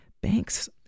banks